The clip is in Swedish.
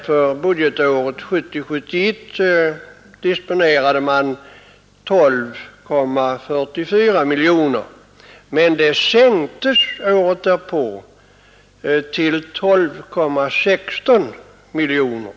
För budgetåret 1970/71 disponerade verket 12,44 miljoner kronor, men beloppet sänktes följande år till 12,16 miljoner.